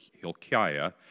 Hilkiah